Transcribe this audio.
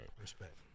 respect